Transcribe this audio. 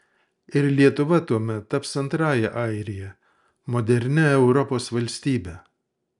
ir lietuva tuomet taps antrąja airija modernia europos valstybe